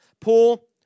Paul